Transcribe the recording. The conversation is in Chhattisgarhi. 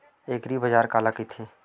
एग्रीबाजार काला कइथे?